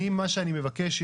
מה שאני מבקש,